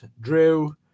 Drew